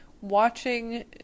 watching